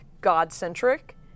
god-centric